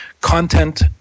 content